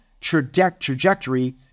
trajectory